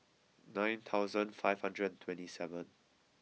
nine thousand five hundred and twenty seven